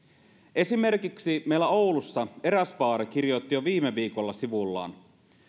esimerkiksi meillä oulussa eräs baari kirjoitti jo viime viikolla sivullaan